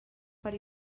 per